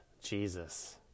Jesus